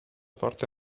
forte